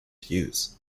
reviews